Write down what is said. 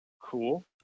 Cool